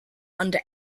under